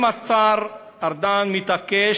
אם השר ארדן מתעקש,